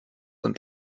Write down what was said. und